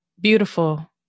Beautiful